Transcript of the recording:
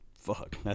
fuck